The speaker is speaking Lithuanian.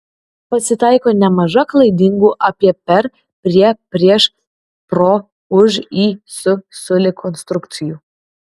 pasitaiko nemaža klaidingų apie per prie prieš pro už į su sulig konstrukcijų